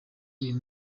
uyu